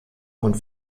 und